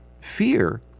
fear